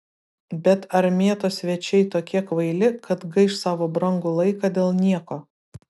bet ar mieto svečiai tokie kvaili kad gaiš savo brangų laiką dėl nieko